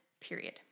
period